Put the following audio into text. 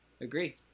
Agree